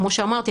כמו שאמרתי,